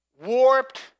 Warped